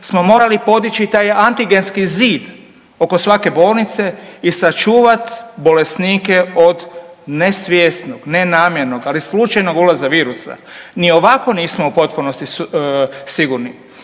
smo morali podići taj antigenski zid oko svake bolnice i sačuvati bolesnike od nesvjesnog, nenamjernog, ali slučajnog ulaza virusa. Ni ovako nismo u potpunosti sigurni.